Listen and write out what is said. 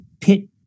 pit